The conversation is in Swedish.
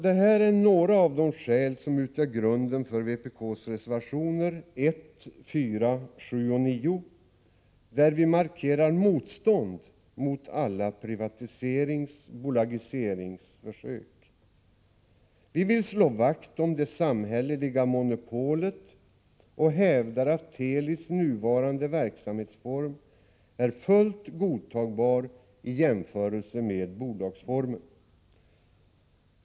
Det här är några av de skäl som utgör grunden för vpk:s reservationer 1, 4, 7 och 9, där vi markerar vårt motstånd mot alla försök till privatisering eller bolagsbildning. Vi vill slå vakt om det samhälleliga monopolet och vi hävdar att Telis nuvarande verksamhetsform är fullt godtagbar i jämförelse med bolagsformen.